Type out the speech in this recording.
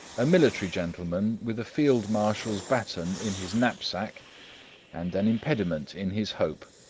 a military gentleman with a field-marshal's baton in his knapsack and an impediment in his hope.